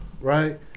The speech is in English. right